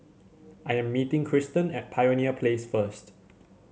I am meeting Kristan at Pioneer Place first